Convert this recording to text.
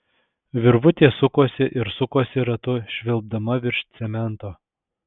virvutė sukosi ir sukosi ratu švilpdama virš cemento